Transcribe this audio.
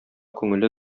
күңеле